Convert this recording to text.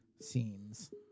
scenes